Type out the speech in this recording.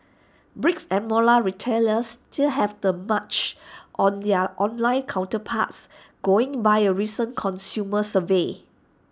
bricks and retailers still have the March on their online counterparts going by A recent consumer survey